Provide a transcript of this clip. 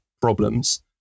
problems